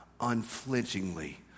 unflinchingly